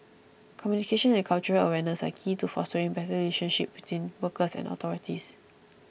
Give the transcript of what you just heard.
communication and cultural awareness are key to fostering better relationship between workers and authorities